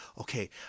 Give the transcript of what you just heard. Okay